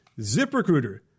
ZipRecruiter